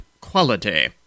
quality